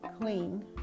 clean